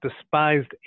despised